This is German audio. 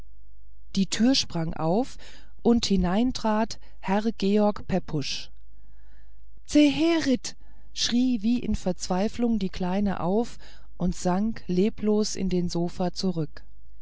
die tür sprang auf und hinein trat herr george pepusch zeherit schrie wie in verzweiflung die kleine auf und sank leblos in den sofa zurück